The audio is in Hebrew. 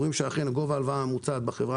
רואים שגובה ההלוואה הממוצעת בחברה